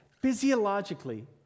physiologically